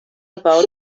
about